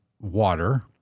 water